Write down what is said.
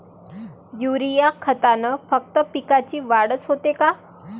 Urea खतानं फक्त पिकाची वाढच होते का?